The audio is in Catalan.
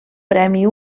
premi